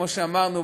כמו שאמרנו,